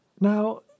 Now